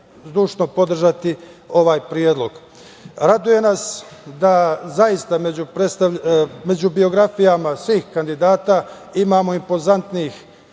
zdušno podržati ovaj predlog. Raduje nas da zaista među biografijama svih kandidata imamo impozantnih